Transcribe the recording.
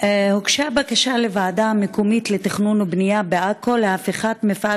הוגשה בקשה לוועדה המקומית לתכנון ובנייה בעכו להפיכת מפעל